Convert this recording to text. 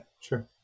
sure